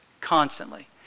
constantly